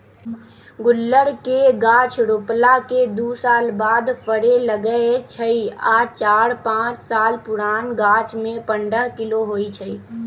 गुल्लर के गाछ रोपला के दू साल बाद फरे लगैए छइ आ चार पाच साल पुरान गाछमें पंडह किलो होइ छइ